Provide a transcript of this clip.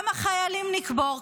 כמה חיילים נקבור?